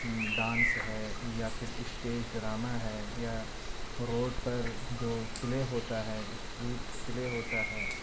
dance ہے یا پھر اشٹیج ڈرامہ ہے یا روڈ پر جو پلے ہوتا ہے اشٹریٹ پلے ہوتا ہے